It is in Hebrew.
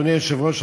אדוני היושב-ראש,